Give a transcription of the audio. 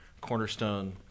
Cornerstone